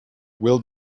will